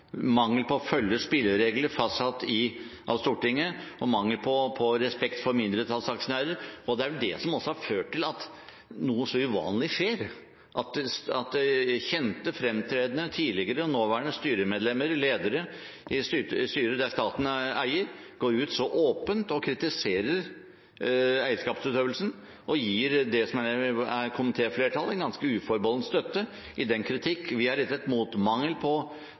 mangel på å følge spilleregler fastsatt av Stortinget og mangel på respekt for mindretallsaksjonærer. Det er jo også det som har ført til at noe så uvanlig skjer som at kjente, fremtredende – tidligere og nåværende – styremedlemmer og ledere i styrer der staten eier, går ut så åpent og kritiserer eierskapsutøvelsen og gir det som er komitéflertallet ganske uforbeholden støtte i den kritikk vi har rettet mot mangel på